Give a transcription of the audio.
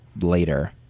later